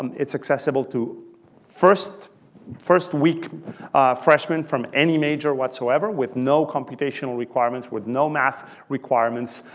um it's accessible to first first week freshmen from any major whatsoever with no computational requirements, with no math requirements,